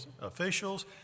officials